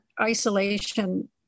isolation